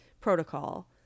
protocol